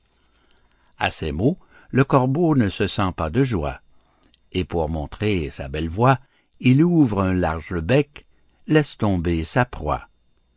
à ces mots le corbeau ne se sent pas de joie et pour montrer sa belle voix il ouvre un large bec laisse tomber sa proie